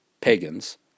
pagans